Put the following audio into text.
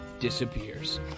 disappears